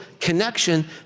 connection